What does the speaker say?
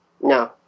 No